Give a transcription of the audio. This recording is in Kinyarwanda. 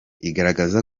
igaragaza